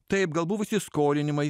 taip gal buvo įsiskolinimai